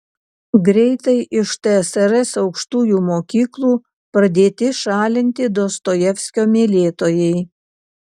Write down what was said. greitai iš tsrs aukštųjų mokyklų pradėti šalinti dostojevskio mylėtojai